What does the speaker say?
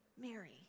Mary